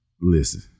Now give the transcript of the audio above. Listen